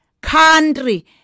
country